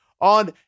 on